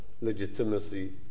legitimacy